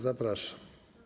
Zapraszam.